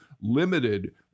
limited